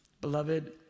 Beloved